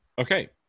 Okay